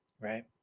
right